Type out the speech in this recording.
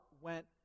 went